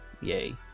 yay